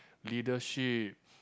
leadership